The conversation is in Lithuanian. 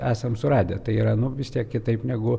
esam suradę tai yra nu vistiek kitaip negu